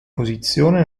posizione